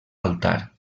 altar